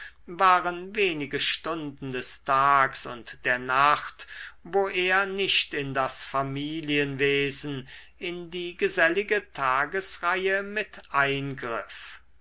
waren wenige stunden des tags und der nacht wo er nicht in das familienwesen in die gesellige tagesreihe mit eingriff